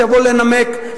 שיבואו לנמק,